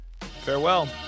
Farewell